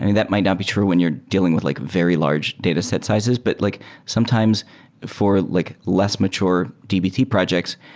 that might not be true when you're dealing with like very large dataset sizes, but like sometimes for like less mature dbt projects,